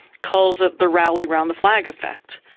calls it the rally-around-the-flag effect.